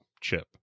chip